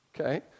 Okay